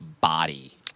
body